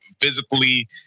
physically